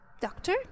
Doctor